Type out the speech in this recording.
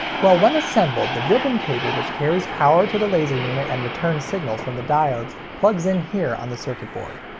well, when assembled, the ribbon cable which carries power to the laser unit and returns signals from the diodes plugs in here on the circuit board.